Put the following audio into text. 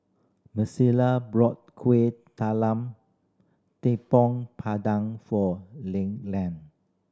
brought Kueh Talam Tepong padan for